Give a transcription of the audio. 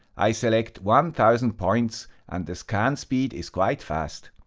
i select one thousand points, and the scan speed is quite fast.